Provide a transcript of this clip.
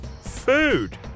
food